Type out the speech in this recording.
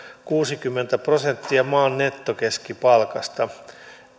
kuusikymmentä prosenttia maan nettokeskipalkasta